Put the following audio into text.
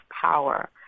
power